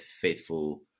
faithful